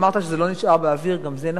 אמרת שזה לא נשאר באוויר, גם זה נכון.